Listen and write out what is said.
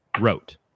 wrote